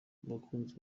bakunzi